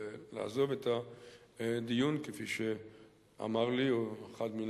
לעזוב את הדיון, כפי שאמר לי, הוא אחד מן